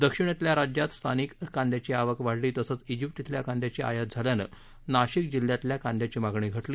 दक्षिणेतल्या राज्यात स्थानिक कांदयाची आवक वाढली तसंच इजिप्त इथल्या कांदयाची आयात झाल्यानं नाशिक जिल्ह्यातल्या कांद्याची मागणी घटली